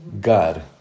God